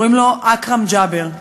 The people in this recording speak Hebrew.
קוראים לו אכרם ג'אבר.